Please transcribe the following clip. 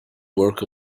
work